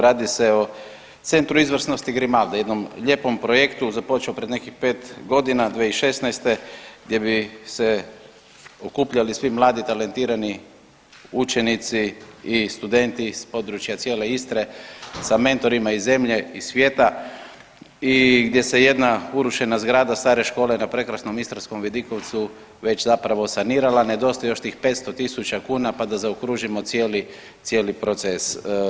Radi se o Centu izvrsnosti Grimaldi, jednom lijepom projektu, započeo pred nekih 5.g. 2016. gdje bi se okupljali svi mladi talentirani učenici i studenti s područja cijele Istre sa mentorima iz zemlje i svijeta i gdje se jedna urušena zgrada stare škole na prekrasnom istarskom vidikovcu već zapravo sanirala, nedostaje još tih 500 tisuća kuna, pa da zaokružimo cijeli, cijeli proces.